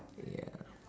ya